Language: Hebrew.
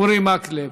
אורי מקלב.